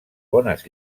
bones